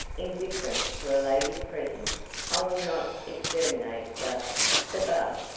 in deference to a lady's presence i will not exterminate the the bug.